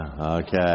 okay